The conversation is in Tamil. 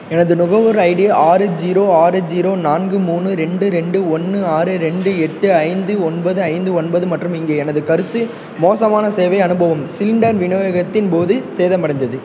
எனது நுகர்வோர் ஐடி ஆறு ஜீரோ ஆறு ஜீரோ நான்கு மூணு ரெண்டு ரெண்டு ஒன்று ஆறு ரெண்டு எட்டு ஐந்து ஒன்பது ஐந்து ஒன்பது மற்றும் இங்கே எனது கருத்து மோசமான சேவை அனுபவம் சிலிண்டர் விநியோகத்தின்போது சேதமடைந்தது